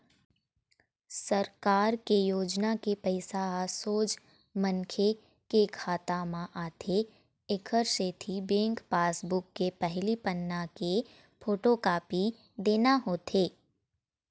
सरकार के योजना के पइसा ह सोझ मनखे के खाता म आथे एकर सेती बेंक पासबूक के पहिली पन्ना के फोटोकापी देना होथे